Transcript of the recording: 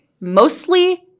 Mostly